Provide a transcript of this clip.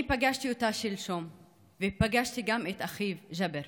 אני פגשתי אותה שלשום ופגשתי גם את אחיו ג'אבר.